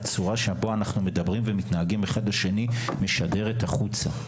הצורה שבה אנחנו מדברים ומתנהגים אחד לשני משדרת החוצה.